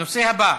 הנושא הבא: